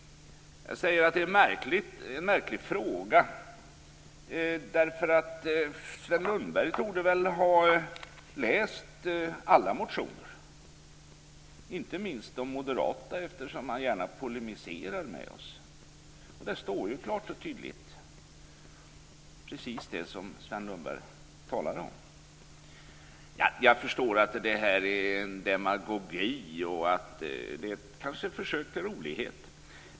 Jag säger att det är en märklig fråga därför att Sven Lundberg torde ha läst alla motioner, inte minst de moderata eftersom han gärna polemiserar med oss. Där står klart och tydligt precis det som Sven Lundberg talade om. Jag förstår att det här är demagogi och kanske ett försök till rolighet.